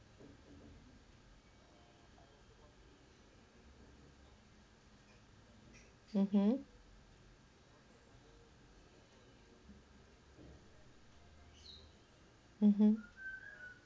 mmhmm mmhmm